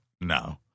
no